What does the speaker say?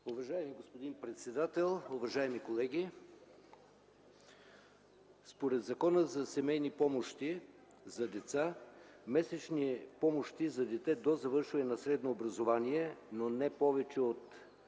Уважаеми господин председател, уважаеми колеги, според Законът за семейните помощи за деца, месечни помощи за дете до завършване на средно образование, но не повече от